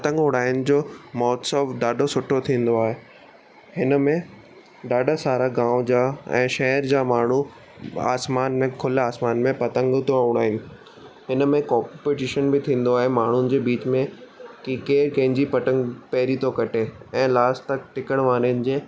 पतंग उॾाइनि जो महोत्सव ॾाढो सुठो थींदो आहे हिन में ॾाढा सारा गांव जा ऐं शहर जा माण्हू आसमान में खुला आसमान में पतंग तो उॾाइनि हिन में कॉम्पिटिशन बि थींदो आहे माण्हुनि जे बीच में कि केरु कंहिंजी पतंग पहिरीं तो कटे ऐं लास्ट तक टिकण वारे जे